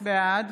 בעד